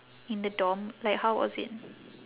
in the dorm like how was it